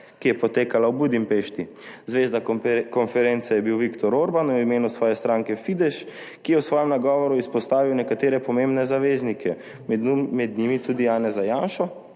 ki je potekala v Budimpešti? Zvezda konference je bil Viktor Orban v imenu svoje stranke Fidesz, ki je v svojem nagovoru izpostavil nekatere pomembne zaveznike, med njimi tudi Janeza Janšo.